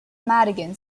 madigan